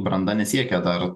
branda nesiekia dar